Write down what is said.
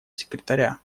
секретаря